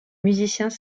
musiciens